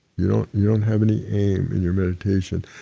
you don't you don't have any aim in your meditation,